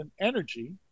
energy